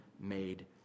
made